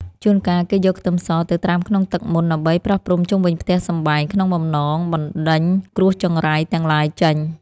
ជួនកាលគេយកខ្ទឹមសទៅត្រាំក្នុងទឹកមន្តដើម្បីប្រោះព្រំជុំវិញផ្ទះសម្បែងក្នុងបំណងបណ្តេញគ្រោះចង្រៃទាំងឡាយចេញ។